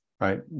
right